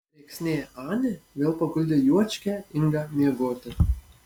rėksnė anė vėl paguldė juočkę ingą miegoti